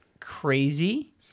crazy